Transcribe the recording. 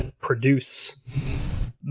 produce